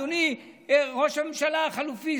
אדוני ראש הממשלה החלופי,